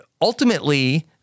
ultimately